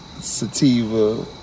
sativa